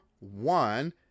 one